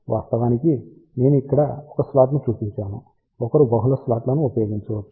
వాస్తవానికి నేను ఇక్కడ ఒక స్లాట్ను చూపించాను ఒకరు బహుళ స్లాట్లను ఉపయోగించవచ్చు